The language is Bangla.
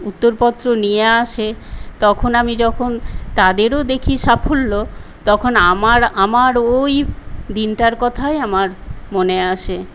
উত্তরপত্র নিয়ে আসে তখন আমি যখন তাদেরও দেখি সাফল্য তখন আমার আমার ওই দিনটার কথাই আমার মনে আসে